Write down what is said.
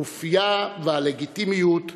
אופייה והלגיטימיות שלה.